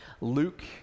Luke